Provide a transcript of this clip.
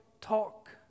talk